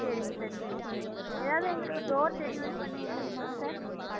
சரிங்க சார் சரிங்க சார் ஏதாவது எங்களுக்கு டோர் டெலிவரி பண்ண முடியுமாங்க சார்